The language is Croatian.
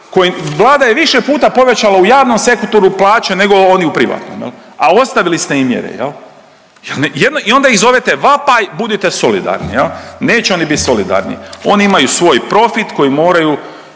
Vlada je više puta povećala u javnom sektoru plaće nego oni u privatnom. A, ostavili ste im mjere. I onda ih zovete vapaj, budite solidarni. Neće oni bit solidarni. Oni imaju svoj profit koji moraju,